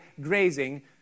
grazing